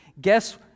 guess